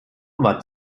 war